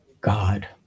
God